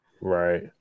Right